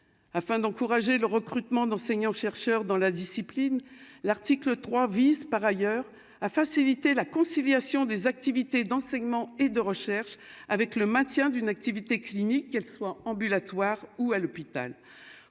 afin d'encourager le recrutement d'enseignants chercheurs dans la discipline, l'article 3 vise par ailleurs à faciliter la conciliation des activités d'enseignement et de recherche avec le maintien d'une activité clinique qu'elle soit ambulatoire ou à l'hôpital,